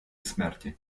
смерті